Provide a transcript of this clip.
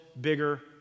bigger